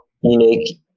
unique